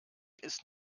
ist